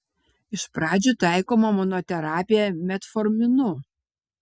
iš pradžių taikoma monoterapija metforminu